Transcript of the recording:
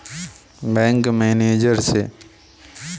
मुझे ऋण भुगतान के लिए बैंक में किससे मिलना चाहिए?